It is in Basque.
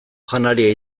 janaria